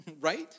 right